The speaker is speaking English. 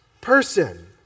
person